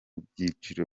byiciro